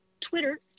twitter